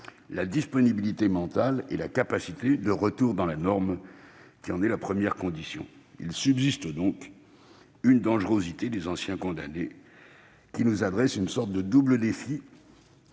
la disponibilité mentale et la capacité de retour dans la norme, qui en sont la première condition. La dangerosité des anciens condamnés qui subsiste nous adresse une sorte de double défi